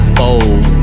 bold